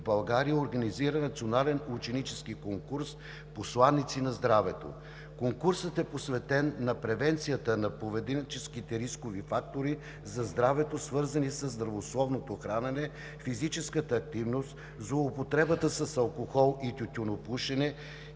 България организира национален ученически конкурс „Посланици на здравето“. Конкурсът е посветен на превенцията на поведенческите рискови фактори за здравето, свързани със здравословното хранене, физическата активност, злоупотребата с алкохол и тютюнопушене,